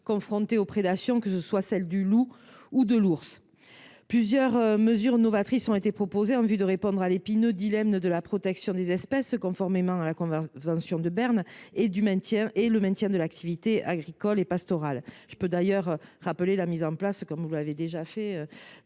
confrontés aux prédations, qu’il s’agisse de celles du loup ou de l’ours. Plusieurs mesures novatrices ont été proposées en vue de répondre à l’épineux dilemme entre la protection des espèces conformément à la convention de Berne et le maintien de l’activité agricole et pastorale. Je rappelle, à mon tour, la mise en place de la brigade